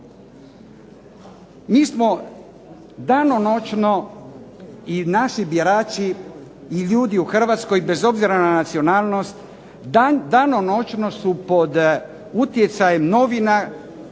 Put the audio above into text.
Mi smo danonoćno i naši birači i ljudi u Hrvatskoj bez obzira na nacionalnost danonoćno su pod utjecajem novina